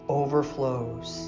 overflows